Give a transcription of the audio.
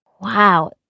Wow